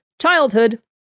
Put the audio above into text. Childhood